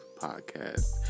Podcast